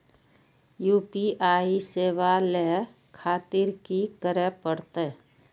UPI सेवा ले खातिर की करे परते?